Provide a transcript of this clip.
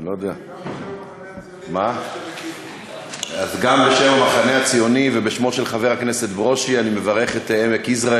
גם בשם המחנה הציוני תברך את,